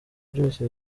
byose